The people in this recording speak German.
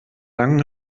langen